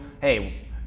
hey